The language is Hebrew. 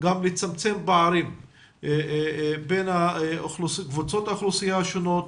לצמצם פערים בין האוכלוסיות השונות.